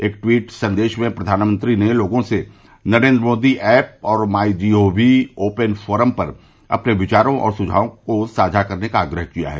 एक ट्वीट संदेश में प्रधानमंत्री ने लोगों से नरेन्द्र मोदी ऐप और my G O V open forum पर अपने विचारों और सुझावों को साझा करने का आग्रह किया है